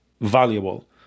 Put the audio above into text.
valuable